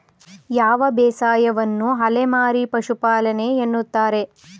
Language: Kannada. ಯಾವ ಬೇಸಾಯವನ್ನು ಅಲೆಮಾರಿ ಪಶುಪಾಲನೆ ಎನ್ನುತ್ತಾರೆ?